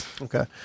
Okay